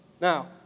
Now